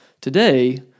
Today